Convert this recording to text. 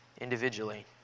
individually